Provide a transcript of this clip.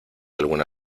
alguna